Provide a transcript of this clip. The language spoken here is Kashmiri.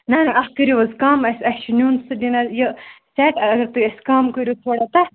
نہ نہ اَتھ کٔرِو حظ کَم اسہِ اسہِ چھُ نِیُن سُہ ڈِنَر یہِ سٮ۪ٹ اگر تُہۍ اسہِ کَم کٔرِو تھوڑا تَتھ